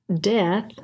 death